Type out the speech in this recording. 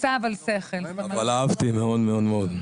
אהבתי מאוד מאוד.